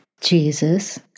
Jesus